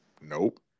Nope